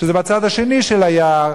שזה בצד השני של היער,